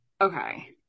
Okay